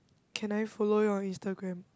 can I follow your instagram